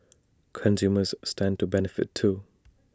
consumers stand to benefit too